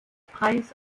preis